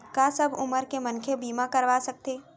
का सब उमर के मनखे बीमा करवा सकथे?